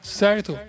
certo